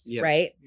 Right